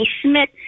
Smith